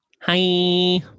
Hi